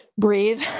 breathe